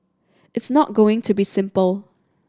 it's not going to be simple